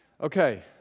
Okay